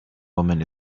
woman